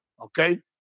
Okay